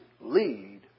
lead